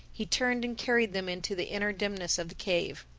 he turned and carried them into the inner dimness of the cave.